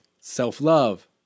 self-love